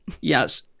Yes